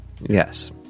Yes